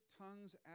tongues